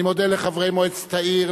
אני מודה לחברי מועצת העיר,